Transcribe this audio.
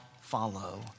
follow